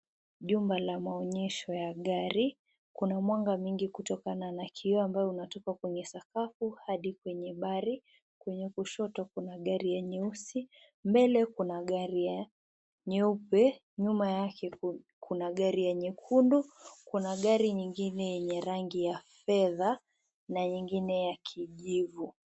Jumba la maonyesho ya gari. Kuna mwanga mwingi kutokana na kioo ambayo unatoka kwenye sakafu hadi kwenye baadhi. Kwenye kushoto kuna gari ya nyeusi, mbele kuna gari ya nyeupe, nyuma yake kuna gari ya nyekundu, kuna gari nyingine yenye rangi ya fedha na nyingine ya kijivu.